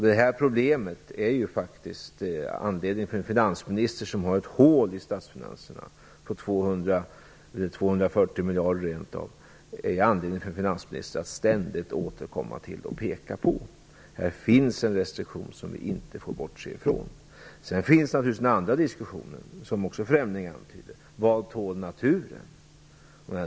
Det finns faktiskt anledning för en finansminister som har ett hål i statsfinanserna på 240 miljarder att ständigt återkomma till och peka på detta problem. Här finns en restriktion som vi inte får bortse från. Sedan finns naturligtvis också den andra diskussionen, som förändringen antyder, nämligen vad naturen tål.